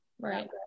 Right